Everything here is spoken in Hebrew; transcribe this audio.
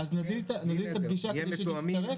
אז נזיז את הפגישה כדי שתצטרף.